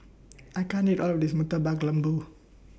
I can't eat All of This Murtabak Lembu